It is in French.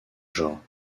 genre